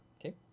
Okay